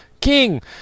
king